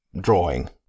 drawing